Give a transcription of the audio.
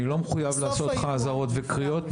אני לא מחויב לעשות לך אזהרות וקריאות.